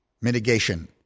mitigation